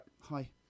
Hi